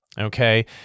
okay